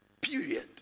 Period